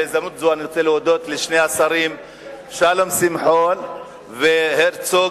בהזדמנות זו אני רוצה להודות לשני השרים שלום שמחון ויצחק הרצוג,